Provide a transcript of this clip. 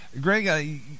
Greg